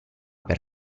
per